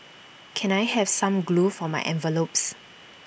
can I have some glue for my envelopes